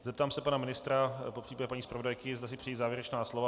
Zeptám se pana ministra, popř. paní zpravodajky, zda si přejí závěrečná slova.